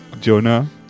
Jonah